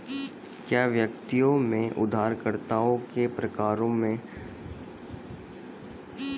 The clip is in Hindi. क्या व्यक्तियों में उधारकर्ताओं के प्रकारों में पारदर्शिता की कमी है?